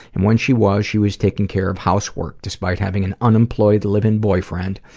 and when she was, she was taking care of housework despite having an unemployed live-in boyfriend.